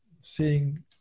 seeing